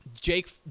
Jake